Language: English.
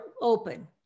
open